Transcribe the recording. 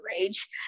rage